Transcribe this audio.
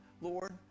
Lord